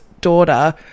daughter